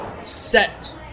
set